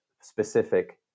specific